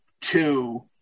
two